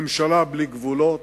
ממשלה בלי גבולות,